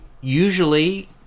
usually